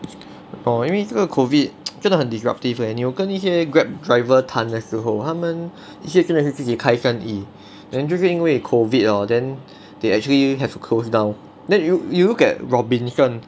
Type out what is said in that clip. orh 因为这个 COVID 真的很 disruptive leh 你有跟一些 Grab driver 谈的时候他们一些真的是自己开生意 then 就是因为 COVID hor then they actually have closed down then you you look at Robinsons